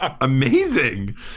amazing